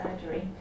surgery